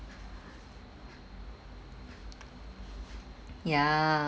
ya